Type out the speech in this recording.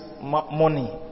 money